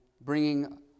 bringing